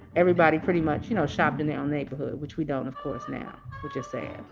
everybody pretty much, you know, shopped in their own neighborhood, which we don't, of course, now, which is sad,